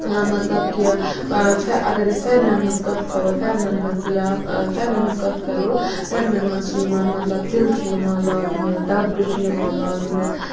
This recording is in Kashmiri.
ٲں مطلب کہِ اگر أسۍ پھیٚرنَن ہٕنٛز کَتھ کَرو پھیرنَن ہٕنٛز یا پھیرنَن ہٕنٛز کَتھ کَرو پھیرنَن مَنٛز چھِ یِوان مطلب تِلہٕ چھُ یِوان لاگنہٕ دَبکہٕ چھو یِوان لاگنہٕ